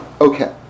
Okay